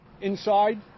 inside